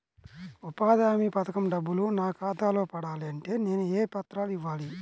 ఉపాధి హామీ పథకం డబ్బులు నా ఖాతాలో పడాలి అంటే నేను ఏ పత్రాలు ఇవ్వాలి?